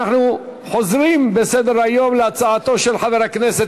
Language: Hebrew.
אנחנו חוזרים בסדר-היום להצעתו של חבר הכנסת